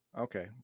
Okay